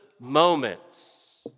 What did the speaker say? moments